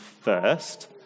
first